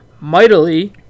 mightily